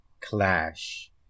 clash